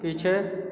पीछे